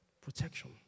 protection